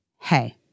hey